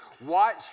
Watch